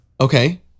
okay